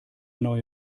neue